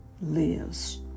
lives